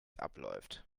abläuft